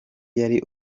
yari